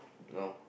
now